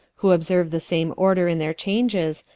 who obserue the same order in their changes,